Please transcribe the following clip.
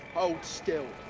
hold still.